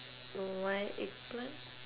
oh why eggplant